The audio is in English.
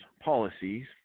policies